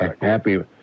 happy